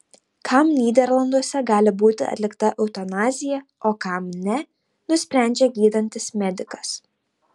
kam nyderlanduose gali būti atlikta eutanazija o kam ne nusprendžia gydantis medikas